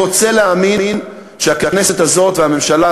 אני רוצה להאמין שהכנסת הזאת והממשלה